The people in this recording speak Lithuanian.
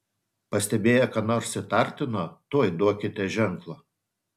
pastebėję ką nors įtartino tuoj duokite ženklą